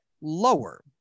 lower